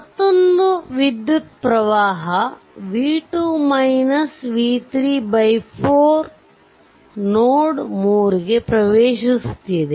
ಮತ್ತೊಂದು ವಿದ್ಯುತ್ ಪ್ರವಾಹ 4 ನೋಡ್ 3 ಗೆ ಪ್ರವೇಶಿಸುತ್ತಿದೆ